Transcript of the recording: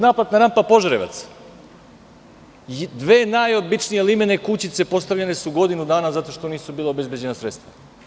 Naplatna rampa Požarevac sa dve najobičnije limene kućice je postavljena za godinu dana zato što nisu bila obezbeđena sredstva.